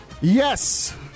Yes